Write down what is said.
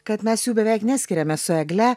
kad mes jų beveik neskiriame su egle